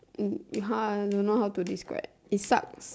mm !huh! I don't know how to describe it sucks